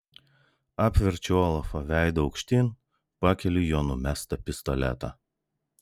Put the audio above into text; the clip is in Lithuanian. apverčiu olafą veidu aukštyn pakeliu jo numestą pistoletą